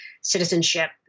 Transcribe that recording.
citizenship